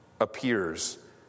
appears